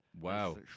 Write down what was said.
Wow